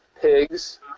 pigs